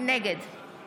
נגד